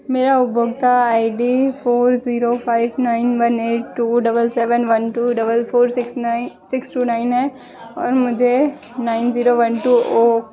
मेरा उपभोक्ता I D four zero five nine one eight two double seven one two double four six nine six two nine है और मुझे nine zero one two Oak के Oak Lane Nai Delhi Delhi pincode one one zero zero zero one पर delivery के लिए कुल gas cylinder book करने की आवश्यकता है